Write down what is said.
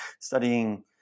studying